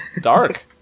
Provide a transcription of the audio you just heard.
Dark